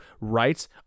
rights